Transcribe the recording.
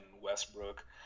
Westbrook